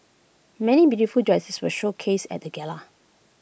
many beautiful dresses were showcased at the gala